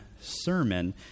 sermon